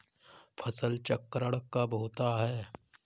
फसल चक्रण कब होता है?